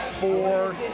four